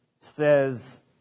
says